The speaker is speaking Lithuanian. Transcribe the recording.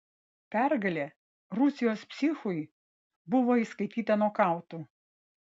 pergalė rusijos psichui buvo įskaityta nokautu